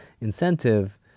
incentive